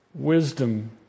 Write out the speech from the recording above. Wisdom